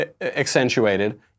accentuated